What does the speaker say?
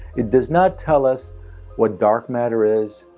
it does not tell us what dark matter is,